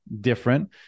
different